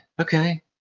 okay